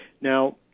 Now